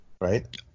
right